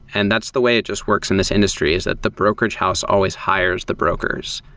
and that's the way it just works in this industry, is that the brokerage house always hires the brokers.